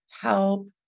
help